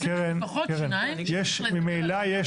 קרן, ממילא יש